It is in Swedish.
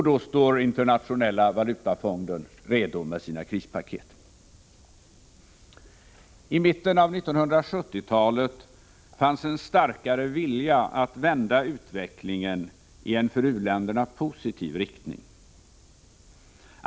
Då står Internationella valutafonden redo med sina krispaket. I mitten av 1970-talet fanns en starkare vilja att vända utvecklingen i en för u-länderna positiv riktning.